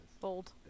Bold